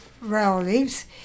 relatives